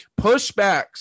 pushbacks